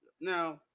Now